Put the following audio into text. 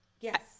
Yes